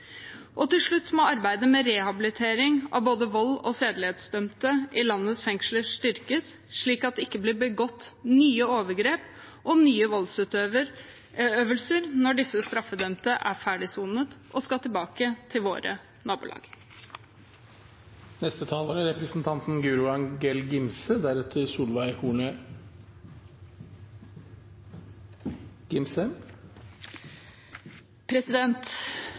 Til slutt må arbeidet med rehabilitering av både volds- og sedelighetsdømte i landets fengsler styrkes, slik at det ikke blir begått nye overgrep og nye voldsutøvelser når disse straffedømte er ferdig sonet og skal tilbake til våre nabolag. Det er